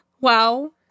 Wow